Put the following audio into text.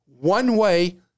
one-way